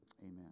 Amen